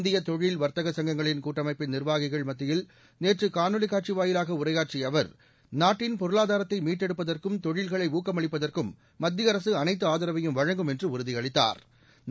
இந்திய தொழில் வா்த்தக சங்கங்களின் கூட்டமைப்பின் நிர்வாகிகள் மத்தியில் நேற்று காணொலி காட்சி வாயிலாக உரையாற்றிய அவர் நாட்டின் பொருளாதாரத்தை மீட்டெடுப்பதற்கும் தொழில்களுக்கு ஊக்கமளிப்பதற்கும் மத்திய அரசு அனைத்து ஆதரவையும் வழங்கும் என்று உறுதியளித்தாா்